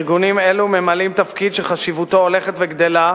ארגונים אלו ממלאים תפקיד שחשיבותו הולכת וגדלה,